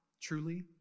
truly